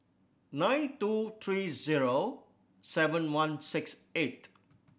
nine two three zero seven one six eight